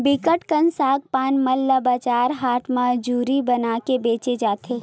बिकट कन सग पान मन ल बजार हाट म जूरी बनाके बेंचे जाथे